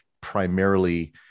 primarily